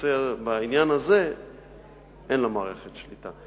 בעניין הזה אין למערכת שליטה,